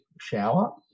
shower